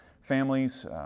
families